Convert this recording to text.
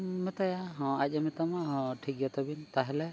ᱢᱮᱛᱟᱭᱟ ᱦᱚᱸ ᱟᱡ ᱮ ᱢᱮᱛᱟᱢᱟ ᱦᱚᱸ ᱴᱷᱤᱠ ᱜᱮᱭᱟ ᱛᱟᱵᱤᱧ ᱛᱟᱦᱚᱞᱮ